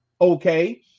Okay